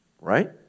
Right